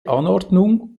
anordnung